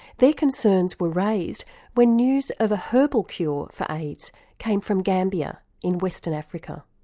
their concerns were raised when news of a herbal cure for aids came from gambia in western africa.